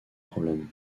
problème